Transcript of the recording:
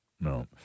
No